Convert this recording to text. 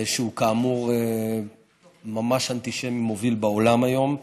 שהוא, כאמור, ממש אנטישמי מוביל בעולם היום,